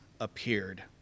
appeared